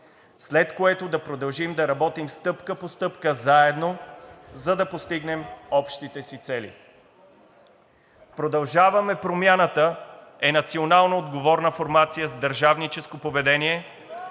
след което да продължим да работим стъпка по стъпка заедно, за да постигнем общите си цели. „Продължаваме Промяната“ е националноотговорна формация с държавническо поведение,